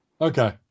Okay